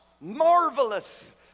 marvelous